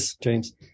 James